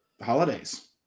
holidays